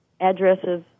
addresses